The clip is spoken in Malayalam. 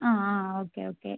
ആ ആ ഓക്കേ ഓക്കേ